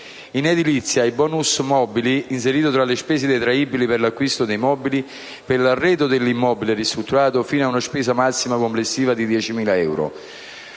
vi è il *bonus* mobili, inserito tra le spese detraibili per l'acquisto dei mobili per l'arredo dell'immobile ristrutturato, fino ad una spesa massima complessiva di 10.000 euro.